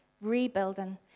rebuilding